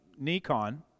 Nikon